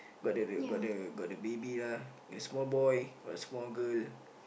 got the the got the got the baby lah got a small boy got a small girl